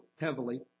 heavily